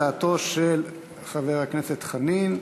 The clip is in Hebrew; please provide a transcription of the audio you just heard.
הצעתו של חבר הכנסת חנין,